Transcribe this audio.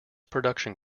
production